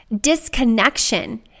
disconnection